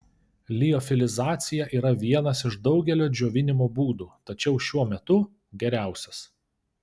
liofilizacija yra vienas iš daugelio džiovinimo būdų tačiau šiuo metu geriausias